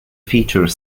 feature